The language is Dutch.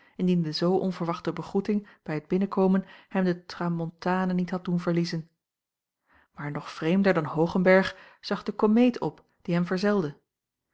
indien de zoo onverwachte begroeting bij t binnenkomen hem de tramontane niet had doen verliezen maar nog vreemder dan hoogenberg zag de komeet op die hem verzelde